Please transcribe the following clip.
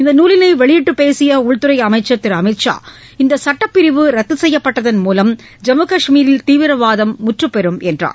இந்த நூலினை வெளியிட்டு பேசிய உள்துறை அமைச்சர் திரு அமித் ஷா இந்த சட்டப் பிரிவை ரத்து செய்யப்பட்டதன் மூலம் ஜம்மு கஷ்மீரில் தீவிரவாதம் முற்றுப்பெறும் என்று கூறினார்